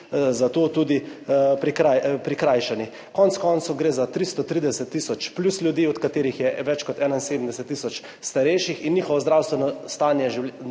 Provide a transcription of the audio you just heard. to nič prikrajšani. Konec koncev gre za plus 330 tisoč ljudi, od katerih je več kot 71 tisoč starejših in njihovo zdravstveno stanje